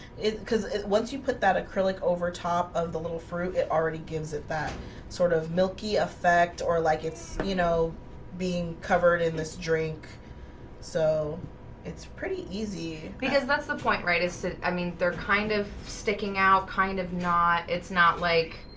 because once you put that acrylic over top of the little fruit it already gives it that sort of milky effect or like it's you know being covered in this drink so it's pretty easy because that's the point, right? it's it i mean, they're kind of sticking out kind of not it's not like,